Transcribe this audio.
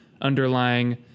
underlying